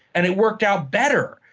and it worked out better.